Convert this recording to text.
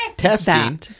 Testing